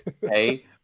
Hey